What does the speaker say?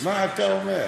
מה אתה אומר?